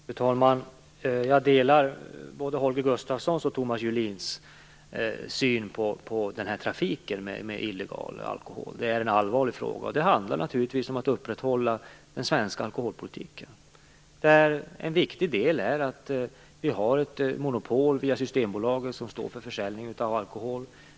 Fru talman! Jag delar både Holger Gustafssons och Thomas Julins syn på trafiken med illegal alkohol. Det är en allvarlig fråga. Det handlar naturligtvis om att upprätthålla den svenska alkoholpolitiken. En viktig del av denna är att vi har ett monopol som via Systembolaget står för försäljning av alkohol.